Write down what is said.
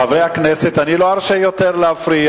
חברי הכנסת, אני לא ארשה יותר להפריע.